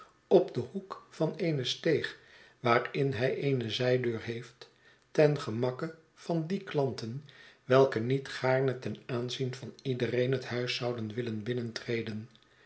op den hoek van eene steeg waarin hij eene zijdeur heeft ten gemakke van die klanten welke niet gaarne ten aanzien van iedereen het huis zouden willen